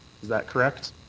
is that correct?